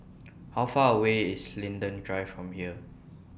How Far away IS Linden Drive from here